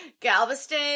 Galveston